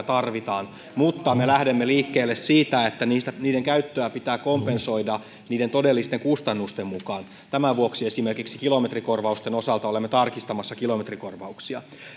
tarvitaan mutta me lähdemme liikkeelle siitä että niiden käyttöä pitää kompensoida niiden todellisten kustannusten mukaan tämän vuoksi esimerkiksi kilometrikorvausten osalta olemme tarkistamassa kilometrikorvauksia